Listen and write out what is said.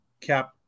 cap